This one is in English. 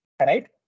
right